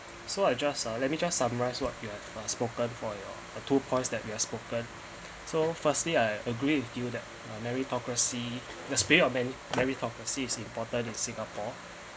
so I just ah let me just summarize what you have have spoken for your two points that we are spoken so firstly I agree with you that meritocracy the spirit of merit meritocracy is important in singapore